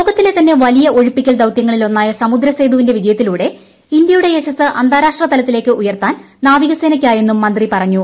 ലോകത്തിലെ തന്നെ വലിയ ഒഴിപ്പിക്കൽ ദൌതൃങ്ങളിലൊന്നായ സമുദ്രസേതുവിന്റെ വിജയത്തിലൂടെ ഇന്തൃയുടെ യശസ് അന്താരാഷ്ട്രതലത്തിലേക്ക് ഉയർത്താൻ നാവികസേനക്കായെന്നും മന്ത്രി പറഞ്ഞു